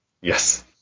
Yes